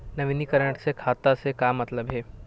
नवीनीकरण से खाता से का मतलब हे?